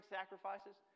sacrifices